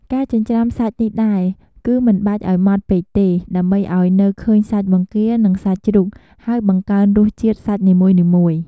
ការចិញ្ច្រាំសាច់នេះដែរគឺមិនបាច់ឱ្យម៉ដ្ឋពេកទេ ដើម្បីឱ្យនៅឃើញសាច់បង្គា និងសាច់ជ្រូក ហើយបង្កើនរសជាតិសាច់នីមួយៗ។